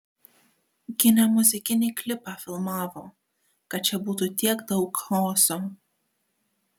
gi ne muzikinį klipą filmavo kad čia būtų tiek daug chaoso